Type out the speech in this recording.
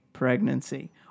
pregnancy